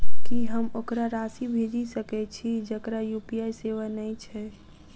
की हम ओकरा राशि भेजि सकै छी जकरा यु.पी.आई सेवा नै छै?